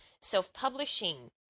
self-publishing